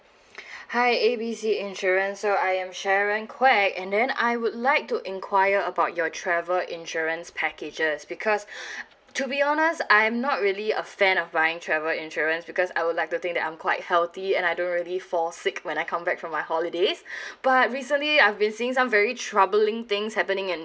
hi A B C insurance so I am sharon queck and then I would like to inquire about your travel insurance packages because to be honest I'm not really a fan of buying travel insurance because I would like to think that I'm quite healthy and I don't really fall sick when I come back from my holidays but recently I've been seeing some very troubling things happening and